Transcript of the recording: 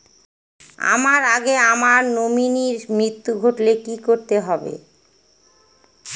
আমার আগে আমার নমিনীর মৃত্যু ঘটলে কি করতে হবে?